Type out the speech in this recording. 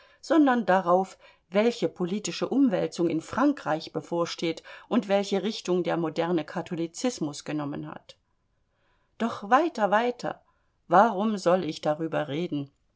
sondern darauf welche politische umwälzung in frankreich bevorsteht und welche richtung der moderne katholizismus genommen hat doch weiter weiter warum soll ich darüber reden